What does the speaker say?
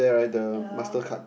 yalor